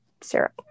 syrup